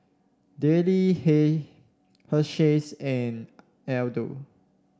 Darlie hey Hersheys and Aldo